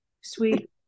Sweet